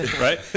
right